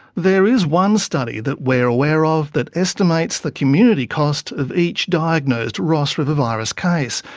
there is one study that we're aware of that estimates the community cost of each diagnosed ross river virus case.